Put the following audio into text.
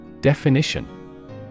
Definition